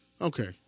Okay